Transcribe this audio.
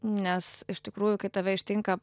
nes iš tikrųjų kai tave ištinka